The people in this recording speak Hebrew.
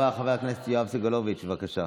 הדובר הבא, חבר הכנסת יואב סגלוביץ', בבקשה.